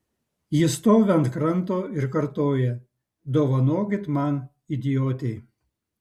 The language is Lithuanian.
ji stovi ant kranto ir kartoja dovanokit man idiotei